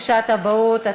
חופשת אבהות),